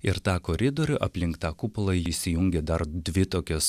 ir tą koridorių aplink tą kupolą įsijungia dar dvi tokios